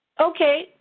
okay